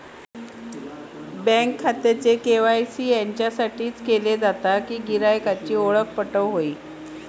bank खात्याचे KYC याच्यासाठीच केले जाता कि गिरायकांची ओळख पटोक व्हयी